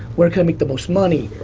where can i make the most money?